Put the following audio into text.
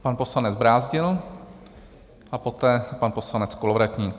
Pan poslanec Brázdil a poté pan poslanec Kolovratník.